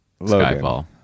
Skyfall